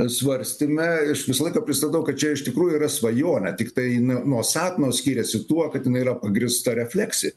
svarstyme aš visą laiką pristatau kad čia iš tikrųjų yra svajonė tiktai na nuo sapno skiriasi tuo kad jinai yra pagrįsta refleksija